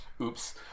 Oops